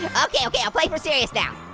okay, okay, i'll play for serious now.